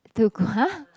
to [huh]